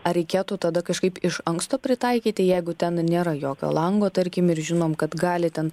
ar reikėtų tada kažkaip iš anksto pritaikyti jeigu ten nėra jokio lango tarkim ir žinom kad gali ten